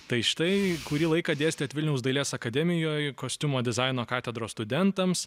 tai štai kurį laiką dėstėt vilniaus dailės akademijoj kostiumo dizaino katedros studentams